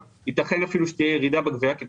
גם בחוק